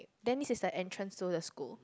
that means it's the entrance to the school